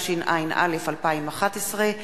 התשע"א 2011,